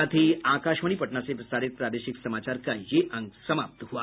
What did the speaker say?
इसके साथ ही आकाशवाणी पटना से प्रसारित प्रादेशिक समाचार का ये अंक समाप्त हुआ